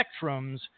spectrums